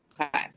Okay